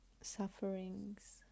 sufferings